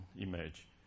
image